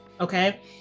okay